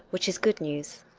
which is good news.